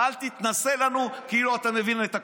ואל תתנשא לנו כאילו אתה מבין את הכול.